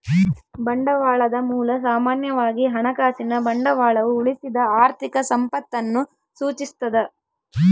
ಬಂಡವಾಳದ ಮೂಲ ಸಾಮಾನ್ಯವಾಗಿ ಹಣಕಾಸಿನ ಬಂಡವಾಳವು ಉಳಿಸಿದ ಆರ್ಥಿಕ ಸಂಪತ್ತನ್ನು ಸೂಚಿಸ್ತದ